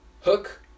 hook